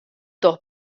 docht